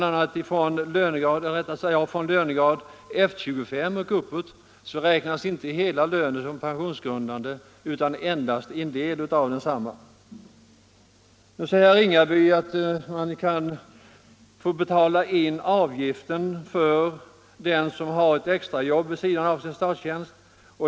a. från lönegraden F 26 och uppåt räknas inte hela lönen såsom pensionsgrundande utan endast en del av densamma. Herr Ringaby påstår att man kan betala in avgift för den som har ett extra jobb vid sidan av sin statstjänst.